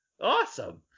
awesome